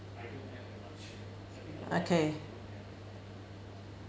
okay